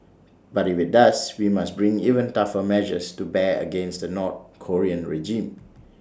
but if IT does we must bring even tougher measures to bear against the north Korean regime